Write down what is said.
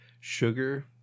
sugar